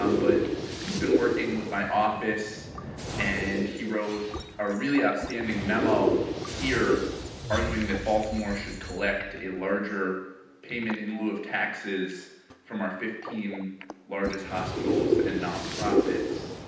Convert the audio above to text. um but he's been working with my office and he wrote a really outstanding memo here arguing that baltimore should collect a larger payment in lieu of taxes from our fifteen largest hospitals and non-profits.